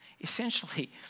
Essentially